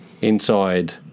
Inside